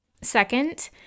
second